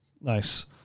Nice